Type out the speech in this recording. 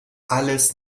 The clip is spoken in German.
alles